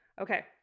Okay